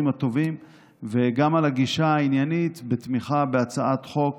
הטובים וגם על הגישה העניינית בתמיכה בהצעת חוק